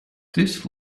this